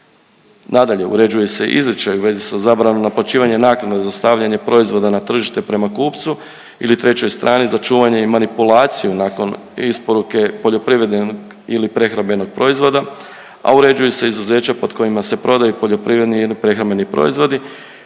Nadalje, uređuje se izričaj u vezi sa zabranom naplaćivanja naknada za stavljanje proizvoda na tržište prema kupcu ili trećoj strani za čuvanje i manipulaciju nakon isporuke poljoprivrednog ili prehrambenog proizvoda, a uređuje se izuzeća pod kojima se prodaji poljoprivredni ili prehrambeni proizvodi